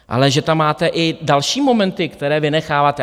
Ale že tam máte i další momenty, které vynecháváte.